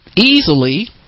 easily